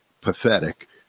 pathetic